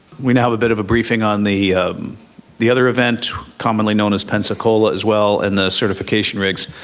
we now have a bit of a briefing on the the other event commonly known as pensacola as well in the certification rigs.